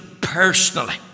personally